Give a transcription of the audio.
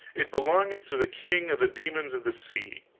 it belongeth to the king of the demons of the sea.